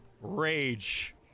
rage